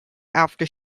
after